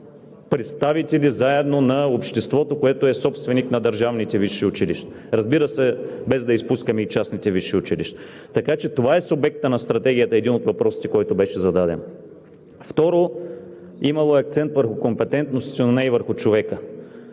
представители заедно на обществото, което е собственик на държавните висши училища, разбира се, без да изпускаме и частните висши училища. Така че това е субектът на Стратегията – един от въпросите, който беше зададен. Второ, имало акцент върху компетентностите, но не и върху човека.